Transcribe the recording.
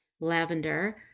lavender